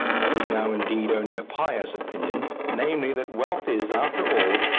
what is now indeed only a pious opinion, namely, that wealth is, after all,